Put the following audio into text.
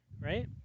right